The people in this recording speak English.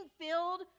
filled